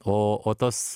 o o tas